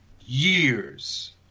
years